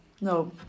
No